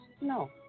No